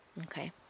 okay